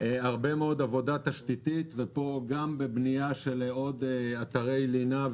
יש הרבה מאוד עבודת תשתיות גם בבנייה של אתרי לינה,